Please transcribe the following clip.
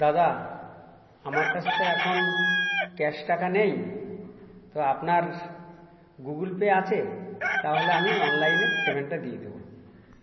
দাদা আমার কাছে তো এখন ক্যাশ টাকা নেই তো আপনার গুগল পে আছে তাহলে আমি অনলাইনে পেমেন্টটা দিয়ে দেবো